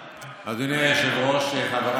אדוני, שלוש דקות לרשותך, בבקשה.